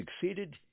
succeeded